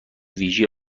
ویژه